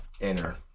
inner